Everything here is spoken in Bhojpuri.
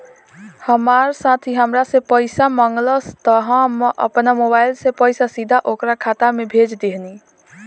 हमार साथी हामरा से पइसा मगलस त हम आपना मोबाइल से पइसा सीधा ओकरा खाता में भेज देहनी